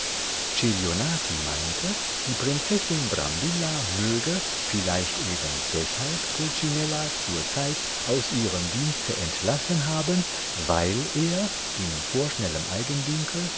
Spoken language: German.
meinte die prinzessin brambilla möge vielleicht eben deshalb pulcinella zur zeit aus ihrem dienste entlassen haben weil er in vorschnellem